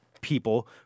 people